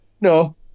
No